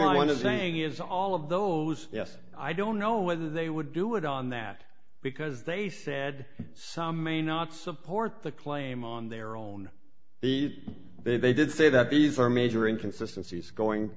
saying is all of those yes i don't know whether they would do it on that because they said some may not support the claim on their own the they did say that these are major inconsistencies going